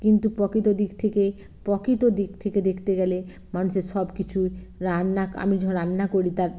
কিন্তু প্রকৃত দিক থেকে প্রকৃত দিক থেকে দেখতে গেলে মানুষের সব কিছুই রান্না আমি যখন রান্না করি তার